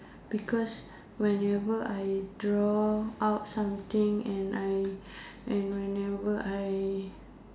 because whenever I draw out something and I and whenever I